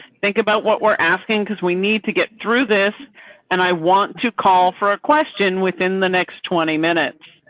think about what we're asking because we need to get through this and i want to call for a question within the next twenty minutes.